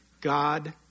God